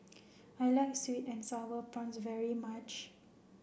I like sweet and sour prawns very much